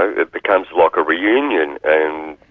ah it becomes like a reunion, and